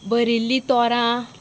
बरिल्लीं तोरां